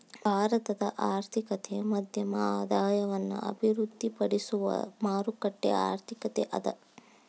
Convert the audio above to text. ಭಾರತದ ಆರ್ಥಿಕತೆ ಮಧ್ಯಮ ಆದಾಯವನ್ನ ಅಭಿವೃದ್ಧಿಪಡಿಸುವ ಮಾರುಕಟ್ಟೆ ಆರ್ಥಿಕತೆ ಅದ